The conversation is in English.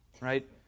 right